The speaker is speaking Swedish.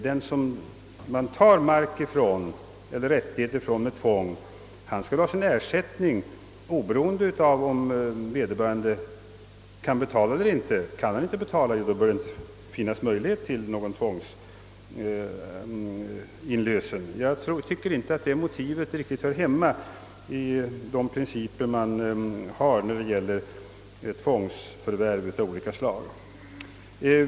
Den man tar mark eller rättigheter från med tvång skall ha ersättning, oberoende av om vederbörande kan betala eller inte. Kan vederbörande inte betala bör det inte finnas möjligheter till tvångsinlösen. Jag tycker inte att detta motiv riktigt hör hem ma bland principerna för tvångsförvärv av olika slag.